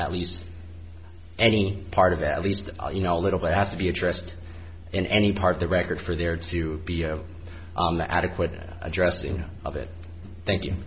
at least any part of at least you know little has to be addressed in any part of the record for there to be adequate addressing of it thank you